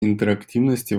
интерактивности